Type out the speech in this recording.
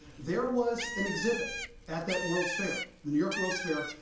there was an exhibit at that world's fair, new york world's fair,